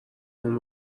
عمری